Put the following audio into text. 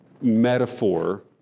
metaphor